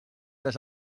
les